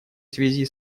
связи